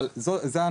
אבל זו הנקודה.